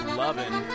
loving